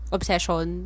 Obsession